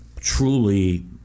truly